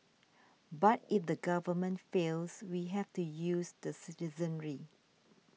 but if the government fails we have to use the citizenry